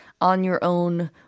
on-your-own